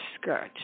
skirt